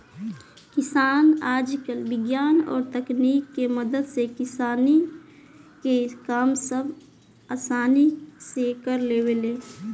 किसान आजकल विज्ञान और तकनीक के मदद से किसानी के काम सब असानी से कर लेवेले